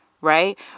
Right